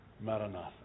Maranatha